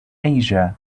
asia